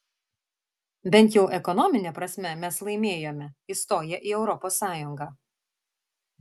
bent jau ekonomine prasme mes laimėjome įstoję į europos sąjungą